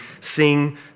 Sing